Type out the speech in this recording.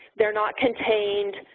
they're not contained,